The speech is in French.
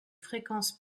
fréquences